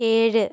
ഏഴ്